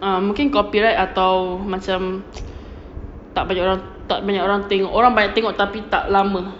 um mungkin copyright atau macam tak banyak orang tak banyak orang tengok orang banyak tengok tapi tak lama